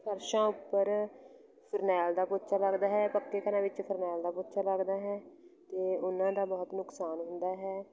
ਫਰਸ਼ਾਂ ਉੱਪਰ ਫਿਰਨੈਲ ਦਾ ਪੋਚਾ ਲੱਗਦਾ ਹੈ ਪੱਕੇ ਘਰਾਂ ਵਿੱਚ ਫਿਰਨੈਲ ਦਾ ਪੋਚਾ ਲੱਗਦਾ ਹੈ ਅਤੇ ਉਹਨਾਂ ਦਾ ਬਹੁਤ ਨੁਕਸਾਨ ਹੁੰਦਾ ਹੈ